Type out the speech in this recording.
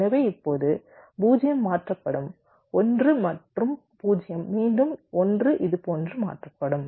எனவே இப்போது 0 மாற்றப்படும் 1 மற்றும் 0 மீண்டும் 1 இதுபோன்று மாற்றப்படும்